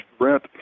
rent